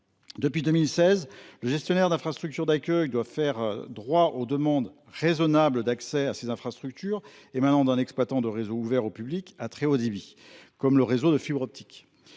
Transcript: Depuis 2016, le gestionnaire d'infrastructures d'accueil doit faire droit aux demandes raisonnables d'accès à ses infrastructures émanant d'un exploitant de réseau ouvert au public à très haut débit, comme le réseau de fibre optique.